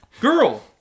Girl